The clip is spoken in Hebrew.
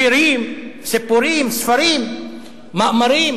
שירים, סיפורים, ספרים, מאמרים.